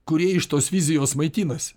kurie iš tos vizijos maitinasi